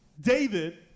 David